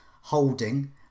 Holding